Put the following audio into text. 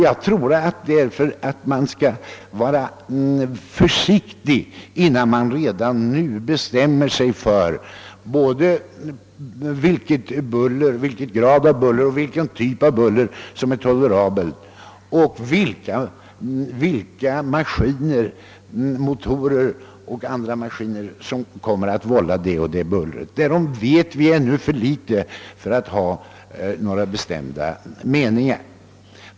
Jag tror därför att man skall vara försiktig, innan man redan nu bestämmer sig för både vilken grad av buller och vilken typ av buller som är tolerabel och vilka motorer och andra maskiner som kommer att vålla det eller det bullret. Därom vet vi ännu för litet för att kunna ha några bestämda meningar.